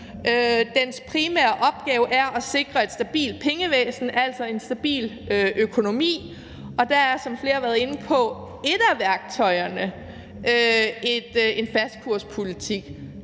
dens primære opgave er at sikre et stabilt pengevæsen, altså en stabil økonomi, og der er et af værktøjerne, som flere har været inde på, en fastkurspolitik.